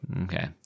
Okay